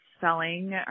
selling